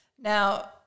Now